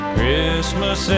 Christmas